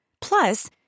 Plus